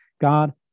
God